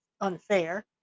unfair